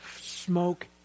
smoke